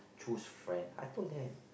choose friend I told them